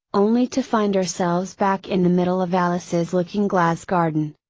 only to find ourselves back in the middle of alice's looking glass garden.